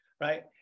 right